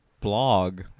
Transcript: blog